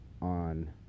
on